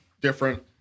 different